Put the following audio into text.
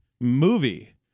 Movie